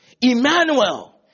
Emmanuel